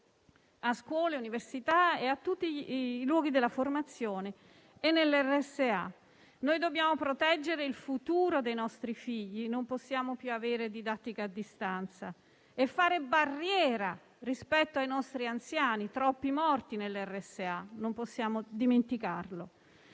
a scuole, università, a tutti i luoghi della formazione e alle RSA. Noi dobbiamo proteggere il futuro dei nostri figli, non possiamo più avere didattica a distanza e dobbiamo fare barriera rispetto ai nostri anziani: ci sono troppi morti nelle RSA e non possiamo dimenticarlo.